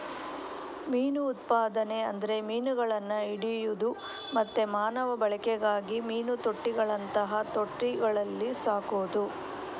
ಮೀನು ಉತ್ಪಾದನೆ ಅಂದ್ರೆ ಮೀನುಗಳನ್ನ ಹಿಡಿಯುದು ಮತ್ತೆ ಮಾನವ ಬಳಕೆಗಾಗಿ ಮೀನು ತೊಟ್ಟಿಗಳಂತಹ ತೊಟ್ಟಿಗಳಲ್ಲಿ ಸಾಕುದು